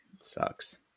sucks